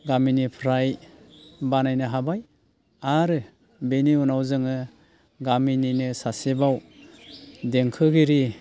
गामिनिफ्राय बानायनो हाबाय आरो बेनि उनाव जोङो गामिनिनो सासेबाव देंखोगिरि